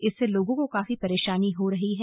इससे लोगों को काफी परेशानी हो रही है